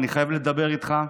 אני חייבת לדבר איתך,